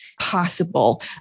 possible